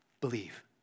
Believe